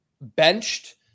benched